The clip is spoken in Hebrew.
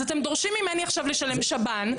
אז אתם דורשים ממני עכשיו לשלם שב"ן.